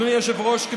אדוני היושב-ראש,